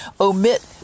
omit